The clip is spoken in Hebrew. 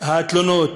התלונות